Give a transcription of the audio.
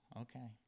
okay